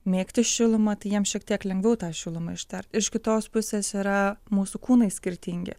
mėgti šilumą tai jiems šiek tiek lengviau tą šilumą ištvert iš kitos pusės yra mūsų kūnai skirtingi